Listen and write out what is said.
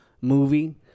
movie